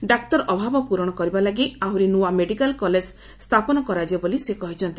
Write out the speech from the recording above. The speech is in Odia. ଡାକ୍ତର ଅଭାବ ପୂରଣ କରିବା ଲାଗି ଆହୁରି ନୂଆ ମେଡ଼ିକାଲ କଲେଜ ସ୍ଥାପନ କରାଯିବ ବୋଲି ସେ କହିଛନ୍ତି